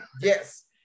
yes